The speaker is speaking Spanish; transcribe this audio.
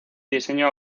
diseño